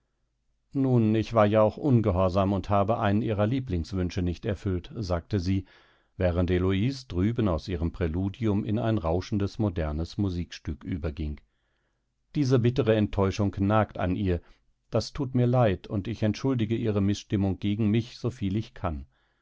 nun ich war ja auch ungehorsam und habe einen ihrer lieblingswünsche nicht erfüllt sagte sie während heloise drüben aus ihrem präludium in ein rauschendes modernes musikstück überging diese bittere enttäuschung nagt an ihr das thut mir leid und ich entschuldige ihre mißstimmung gegen mich so viel ich kann